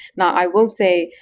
now, i will say,